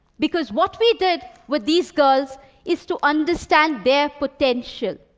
because what we did with these girls is to understand their potential.